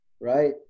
right